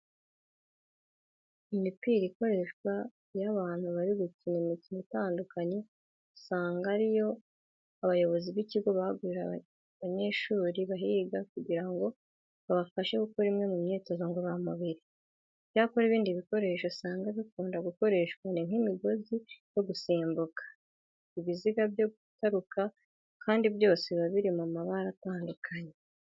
Imipira ikoreshwa iyo abantu bari gukina imikino itandukanye usanga ari yo abayobozi b'ikigo bagurira abanyeshuri bahiga kugira ngo babafashe gukora imwe mu myitozo ngororamubiri. Icyakora ibindi bikoresho usanga bikunda gukoreshwa ni nk'imigozi yo gusimbuka, ibiziga byo gutaruka kandi byose biba biri mu mabara atandukanye.